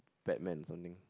Batman something